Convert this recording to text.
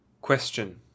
Question